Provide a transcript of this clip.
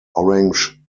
orange